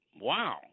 wow